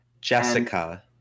Jessica